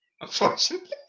Unfortunately